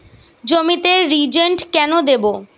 জমিতে রিজেন্ট কেন দেবো?